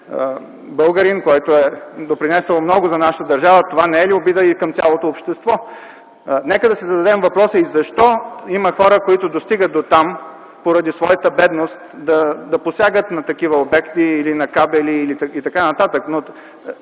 българин, който е допринесъл много за нашата държава, това не е ли обида и към цялото общество? Нека да си зададем и въпроса защо има хора, които стигат дотам поради своята бедност да посягат на такива обекти, на кабели и т.н.